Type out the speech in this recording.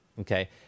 Okay